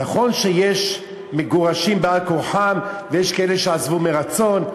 נכון שיש מגורשים בעל כורחם ויש כאלה שעזבו מרצון.